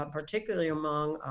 um particularly among